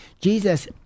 Jesus